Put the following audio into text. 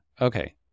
okay